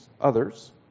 others